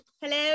Hello